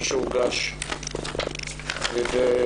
שהוגש על ידי